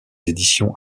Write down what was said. éditions